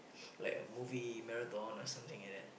like a movie marathon or something like that